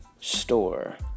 store